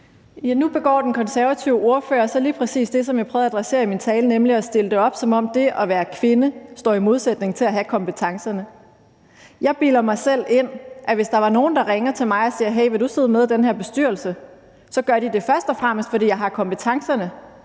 Nu gør den konservative ordfører så lige præcis det, jeg prøvede at adressere i min tale, nemlig at stille det op, som om det at være kvinde står i modsætning til at have kompetencerne. Jeg bilder mig selv ind, at hvis der var nogen, der ringede til mig og spurgte, om jeg ville sidde med i en bestyrelse, så gjorde de det først og fremmest, fordi jeg havde kompetencerne.